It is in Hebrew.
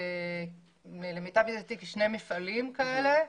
למיטב ידיעתי, יש שני מפעלים כאלה.